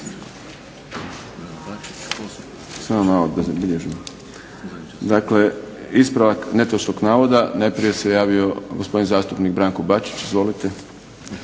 (SDP)** Ispravak netočnog navoda. Najprije se javio gospodin zastupnik Branko Bačić. Izvolite.